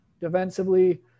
Defensively